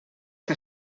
que